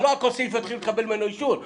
לא אתחיל לקבל ממנו אישור על כל סעיף.